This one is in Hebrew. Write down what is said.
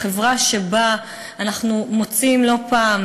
בחברה שבה אנחנו מוצאים לא פעם,